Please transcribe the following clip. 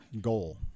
goal